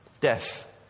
death